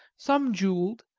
some jewelled,